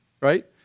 right